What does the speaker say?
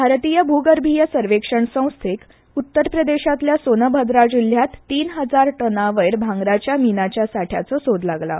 भारतीय भूगर्भीय सर्वेक्षण संस्थेक उत्तर प्रदेशांतल्या सोनभद्रा जिल्ल्यांत तीन हजार टना वयर भांगराच्या मिनाच्या सांठ्याचो सोद लागला